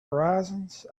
horizons